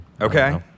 Okay